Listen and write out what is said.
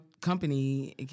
company